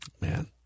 Man